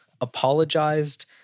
apologized